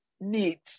need